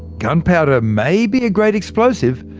gunpowder may be a great explosive,